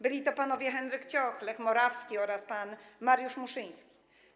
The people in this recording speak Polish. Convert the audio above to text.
Byli to panowie Henryk Cioch, Lech Morawski i pan Mariusz Muszyński.